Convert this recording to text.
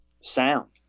sound